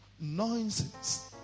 noises